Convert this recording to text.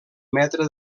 metre